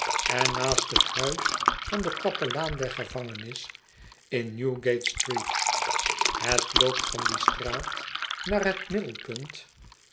en naast het huis van den kapelaan der gevangenis in newgate-street het loopt van die straat naar het middelpunt